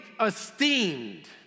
esteemed